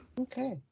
Okay